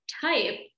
type